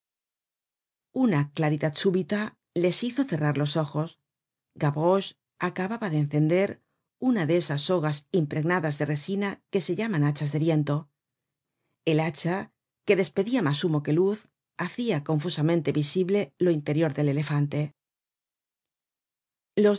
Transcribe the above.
una claridad súbita les hizo cerrar los ojos gavroche acababa de encender una de esas sogas impregnadas de resina que se llaman hachas de viento el hacha que despedia mas humo que luz hacia confusamente visible lo interior del elefante los dos